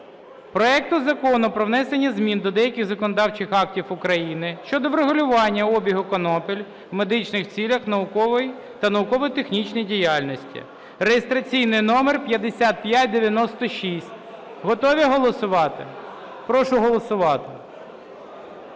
проекту Закону про внесення змін до деяких законодавчих актів України щодо врегулювання обігу конопель в медичних цілях, науковій та науково-технічній діяльності (реєстраційний номер 5595). Готові голосувати? Прошу голосувати.